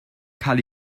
cael